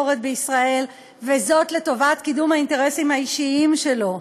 בישראל, וזאת לטובת קידום האינטרסים האישיים שלו.